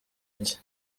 iki